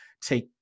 take